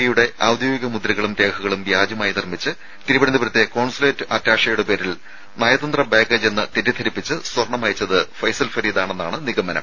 ഇയുടെ ഔദ്യോഗിക മുദ്രകളും രേഖകളും വ്യാജമായി നിർമ്മിച്ച് തിരുവനന്തപുരത്തെ കോൺസുലേറ്റ് അറ്റാഷെയുടെ പേരിൽ നയതന്ത്ര ബാഗേജ് എന്ന് തെറ്റദ്ധരിപ്പിച്ച് സ്വർണ്ണം അയച്ചത് ഫൈസൽ ഫരീദാണെന്നാണ് നിഗമനം